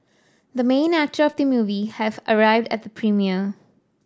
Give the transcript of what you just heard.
the main actor of the movie have arrived at the premiere